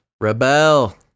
Rebel